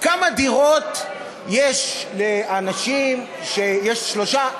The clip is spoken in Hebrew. כמה דירות יש לאנשים שיש, טוב,